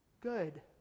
good